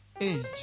age